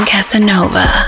Casanova